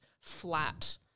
flat